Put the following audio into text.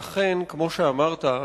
ואכן, כמו שאמרת,